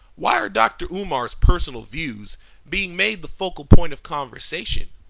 why are dr. umar's personal views being made the focal point of conversation?